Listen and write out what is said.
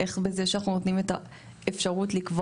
איך בזה שאנחנו נותנים את האפשרות לקבוע